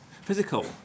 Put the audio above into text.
physical